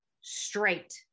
straight